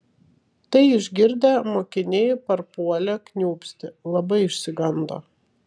tai išgirdę mokiniai parpuolė kniūpsti labai išsigando